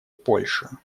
польша